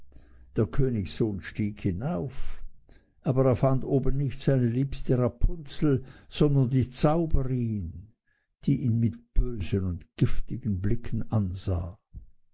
der königssohn stieg hinauf aber er fand oben nicht seine liebste rapunzel sondern die zauberin die ihn mit bösen und giftigen blicken ansah